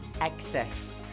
access